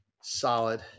Solid